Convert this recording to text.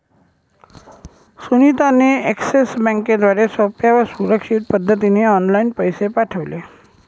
सुनीता ने एक्सिस बँकेद्वारे सोप्या व सुरक्षित पद्धतीने ऑनलाइन पैसे पाठविले